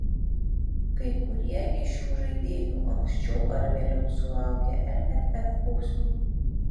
kai kurie iš šių žaidėjų anksčiau ar vėliau sulaukė lff bausmių